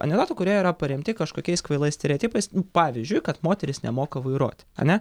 anekdotų kurie yra paremti kažkokiais kvailais stereotipais pavyzdžiui kad moteris nemoka vairuoti ane